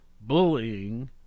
bullying